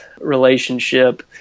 relationship